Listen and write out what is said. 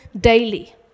daily